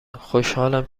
خوشحالم